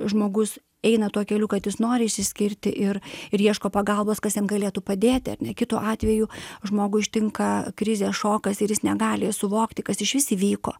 žmogus eina tuo keliu kad jis nori išsiskirti ir ir ieško pagalbos kas jam galėtų padėti ar ne kitu atveju žmogų ištinka krizė šokas ir jis negali suvokti kas išvis įvyko